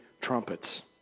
trumpets